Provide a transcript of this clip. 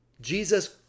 Jesus